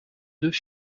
deux